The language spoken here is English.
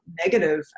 negative